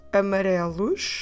amarelos